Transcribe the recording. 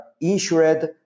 insured